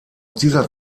dieser